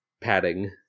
padding